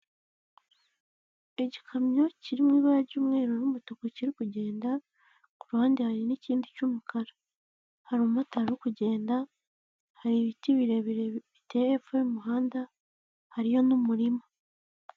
Igikamyo kirimo ibara ry'umweru n'umutuku kiri kugenda, ku ruhande hari n'ikindi cy'umukara. Hari umumotari uri kugenda, hari ibiti birebire biteye hepfo y'umuhanda hariyo n'umurima.